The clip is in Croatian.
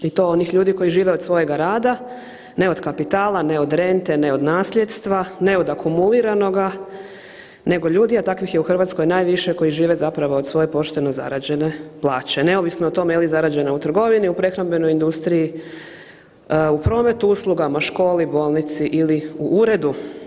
I to onih ljudi koji žive od svojega rada, ne od kapitala, ne od rente, ne od nasljedstva, ne od akumuliranoga, nego ljudi a takvih je Hrvatskoj najviše koji žive zapravo od svoje pošteno zarađene plaće neovisno o tome jel zarađena u trgovini, u prehrambenoj industriji, u prometu, uslugama, školi, bolnici ili u uredu.